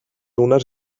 unes